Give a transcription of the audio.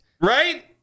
Right